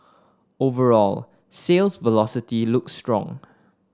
overall sales velocity looks strong